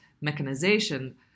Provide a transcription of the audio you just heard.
mechanization